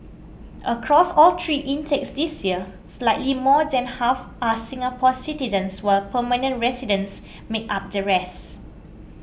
across all three intakes this year slightly more than half are Singapore citizens while permanent residents make up the rests